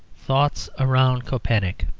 thoughts around koepenick